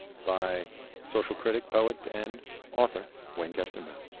by social critic, poet and author wayne koestenbaum.